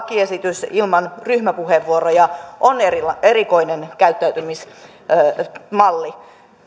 lakiesitys täällä ilman ryhmäpuheenvuoroja on erikoinen käyttäytymismalli